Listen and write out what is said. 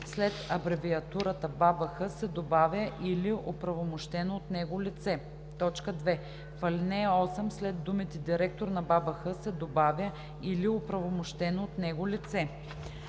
след абревиатурата „БАБХ“ се добавя „или оправомощено от него лице“. 2. В ал. 8 след думите „директор на БАБХ“ се добавя „или оправомощено от него лице“.“